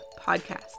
podcast